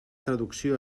traducció